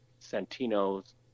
Santino's